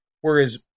whereas